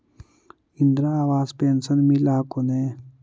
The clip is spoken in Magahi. इन्द्रा आवास पेन्शन मिल हको ने?